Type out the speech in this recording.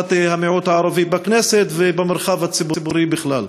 שפת המיעוט הערבי בכנסת ובמרחב הציבורי בכלל.